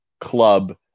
club